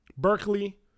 Berkeley